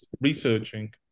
researching